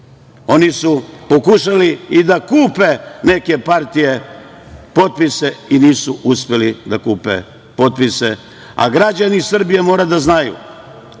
Oni su pokušali i da kupe neke partije, potpise, i nisu uspeli da skupe potpise. Građani Srbije moraju da znaju